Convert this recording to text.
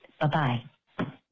Bye-bye